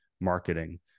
marketing